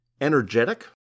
energetic